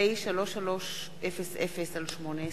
פ/3300/18